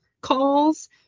calls